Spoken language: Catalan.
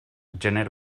gener